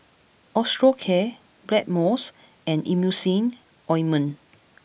Osteocare Blackmores and Emulsying ointment